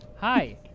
Hi